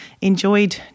enjoyed